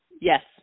Yes